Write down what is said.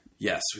Yes